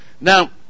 Now